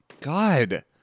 God